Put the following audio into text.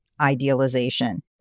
idealization